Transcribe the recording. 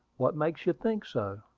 what makes you think so?